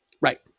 Right